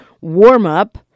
warm-up